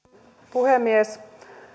puhemies